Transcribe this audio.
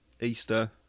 Easter